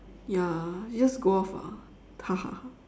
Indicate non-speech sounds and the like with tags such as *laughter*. ya it'll just go off ah *laughs*